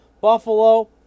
Buffalo